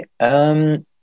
Okay